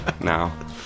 now